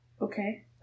Okay